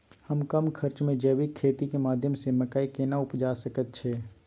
हम कम खर्च में जैविक खेती के माध्यम से मकई केना उपजा सकेत छी?